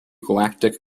galactic